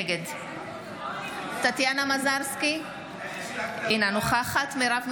נגד טטיאנה מזרסקי, אינה נוכחת מרב מיכאלי,